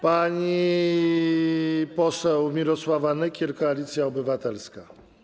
Pani poseł Mirosława Nykiel, Koalicja Obywatelska.